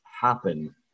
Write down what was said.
happen